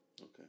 Okay